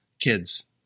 kids